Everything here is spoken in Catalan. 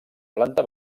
planta